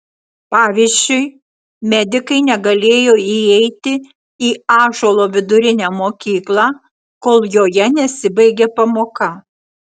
pavyzdžiui medikai negalėjo įeiti į ąžuolo vidurinę mokyklą kol joje nesibaigė pamoka